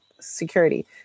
security